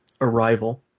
arrival